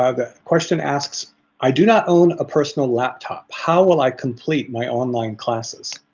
ah the question asks i do not own a personal laptop. how will i complete my online classes?